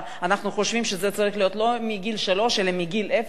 אנחנו חושבים שזה צריך להיות לא מגיל שלוש אלא מגיל אפס אולי,